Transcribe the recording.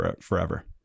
forever